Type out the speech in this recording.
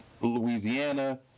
Louisiana